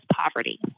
poverty